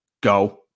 go